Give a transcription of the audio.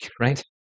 right